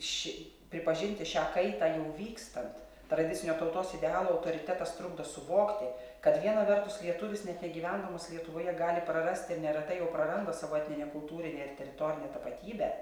ši pripažinti šią kaitą jau vykstant tradicinio tautos idealo autoritetas trukdo suvokti kad viena vertus lietuvis net negyvendamas lietuvoje gali prarasti ir neretai jau praranda savo etninę kultūrinę ir teritorinę tapatybę